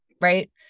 Right